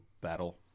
battle